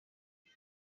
her